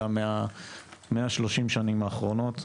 אלא מה-130 שנים האחרונות.